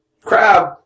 Crab